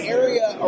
area